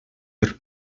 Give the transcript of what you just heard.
per